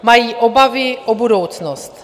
Mají obavy o budoucnost.